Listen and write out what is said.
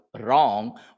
wrong